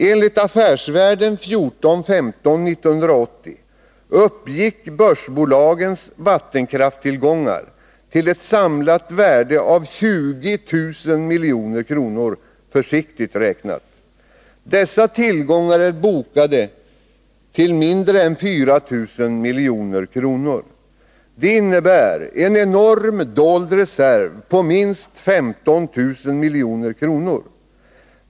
Enligt Affärsvärlden 14/15 1980 uppgick börsbolagens vattenkraftstillgångar till ett samlat värde av 20 000 milj.kr., försiktigt räknat. Dessa 47 tillgångar är bokförda till mindre än 4 000 milj.kr. Det innebär en enorm dold reserv på minst 15000 milj.kr.